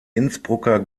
innsbrucker